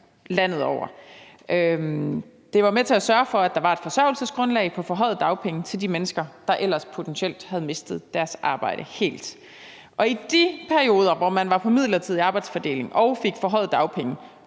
Det var med til at sørge for, at der var et forsørgelsesgrundlag på forhøjede dagpenge til de mennesker, der ellers potentielt havde mistet deres arbejde helt. I de perioder, hvor man var på midlertidig arbejdsfordeling og fik forhøjede dagpenge,